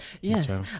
Yes